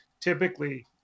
typically –